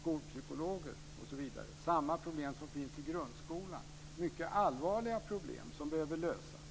skolpsykologer osv. - dvs. samma problem som finns i grundskolan - mycket allvarliga problem som behöver lösas.